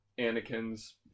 Anakin's